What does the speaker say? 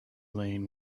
lane